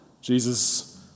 Jesus